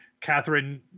Catherine